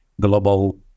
global